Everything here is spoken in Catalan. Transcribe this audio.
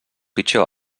pitjor